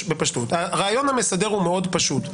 הרעיון המסדר הוא מאוד פשוט.